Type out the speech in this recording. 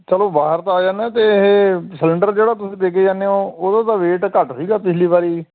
ਚਲੋ ਬਾਹਰ ਤਾਂ ਆ ਜਾਂਦਾ ਅਤੇ ਇਹ ਸਿਲਿੰਡਰ ਜਿਹੜਾ ਤੁਸੀਂ ਦੇ ਕੇ ਜਾਂਦੇ ਹੋ ਉਹਦਾ ਤਾਂ ਵੇਟ ਘੱਟ ਸੀਗਾ ਪਿਛਲੀ ਵਾਰ